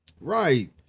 right